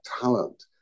talent